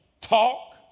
talk